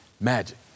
magic